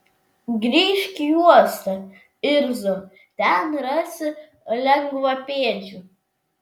grįžk į uostą irzo ten rasi lengvapėdžių